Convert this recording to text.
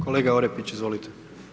Kolega Orepić, izvolite.